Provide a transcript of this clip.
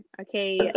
Okay